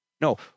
No